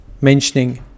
mentioning